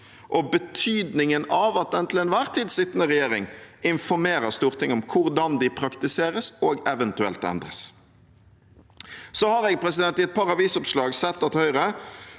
og betydningen av at den til enhver tid sittende regjering informerer Stortinget om hvordan de praktiseres, og eventuelt endres. Jeg har i et par avisoppslag sett at Høyre,